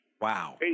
Wow